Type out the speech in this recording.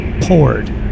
poured